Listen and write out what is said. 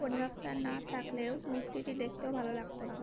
পরিমাপটা না থাকলেও মূর্তিটি দেখতেও ভালো লাগত না